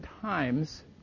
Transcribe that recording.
times